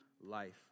life